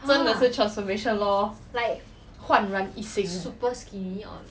真的是 transformation lor like 焕然一新